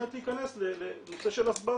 באמת להכנס לנושא של הסברה,